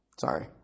Sorry